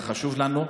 החשוב לנו.